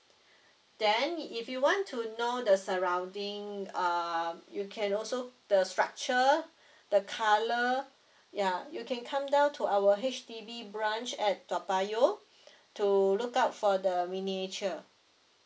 then if you want to know the surrounding err you can also the structure the colour yeah you can come down to our H_D_B branch at toa payoh to look out for the miniature